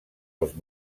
els